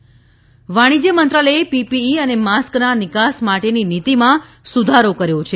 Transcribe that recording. PPE kit વાણિજ્ય મંત્રાલયે PPE અને માસ્કના નિકાસ માટેની નીતીમાં સુધારો કર્યો છે